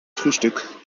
frühstück